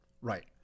right